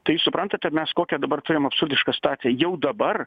tai suprantate mes kokią dabar turime absurdišką situaciją jau dabar